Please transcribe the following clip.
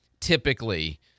typically—